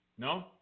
No